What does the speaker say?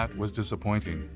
ah was disappointing.